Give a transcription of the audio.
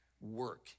work